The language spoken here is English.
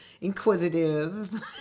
inquisitive